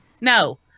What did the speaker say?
no